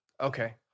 Okay